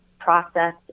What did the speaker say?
process